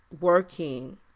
working